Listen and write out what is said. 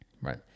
Right